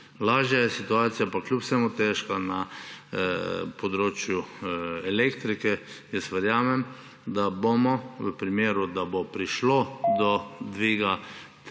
Lažja je situacija, pa kljub vsemu težka, na področju elektrike. Jaz verjamem, da bomo v primeru, da bo prišlo do dviga